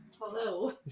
hello